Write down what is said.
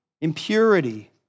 impurity